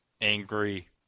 angry